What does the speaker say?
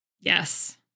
Yes